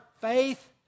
faith